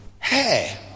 hey